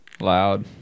Loud